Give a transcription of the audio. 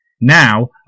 Now